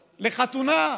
לחתונה.